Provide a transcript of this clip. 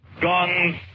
guns